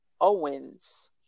Owens